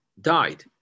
died